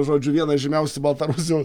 žodžiu vieną įžymiausių baltarusių